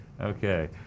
Okay